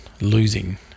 losing